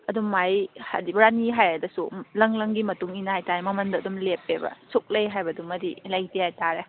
ꯑꯗꯨꯝ ꯃꯥꯏ ꯍꯥꯏꯗꯤ ꯔꯥꯅꯤ ꯍꯥꯏꯔꯒꯁꯨ ꯂꯪ ꯂꯪꯒꯤ ꯃꯇꯨꯡ ꯏꯟꯅ ꯍꯥꯏꯇꯥꯔꯦ ꯃꯃꯟꯗꯣ ꯑꯗꯨꯝ ꯂꯦꯞꯄꯦꯕ ꯁꯨꯛ ꯂꯩ ꯍꯥꯏꯕꯗꯨꯃꯗꯤ ꯂꯩꯇꯦ ꯍꯥꯏꯇꯥꯔꯦ